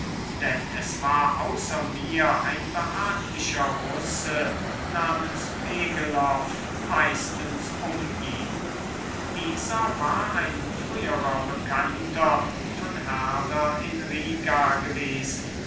denn es war außer mir ein behaglicher russe namens pegelow meistens um ihn dieser war ein früherer bekannter von herder in riga gewesen